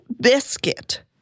Biscuit